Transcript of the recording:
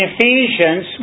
Ephesians